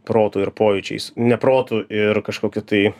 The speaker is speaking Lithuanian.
protu ir pojūčiais ne protu ir kažkokiu tai